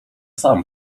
sam